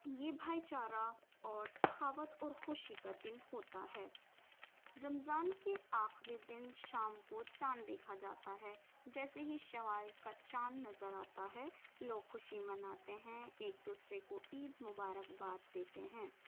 یہ بھائی چارہ اور سخاوت اور خوشی کا دن ہوتا ہے رمضان کے آخری دن شام کو چاند دیکھا جاتا ہے جیسے ہی شوال کا چاند نظر آتا ہے لوگ خوشی مناتے ہیں ایک دوسرے کو عید مبارک باد دیتے ہیں